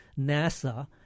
NASA